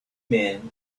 men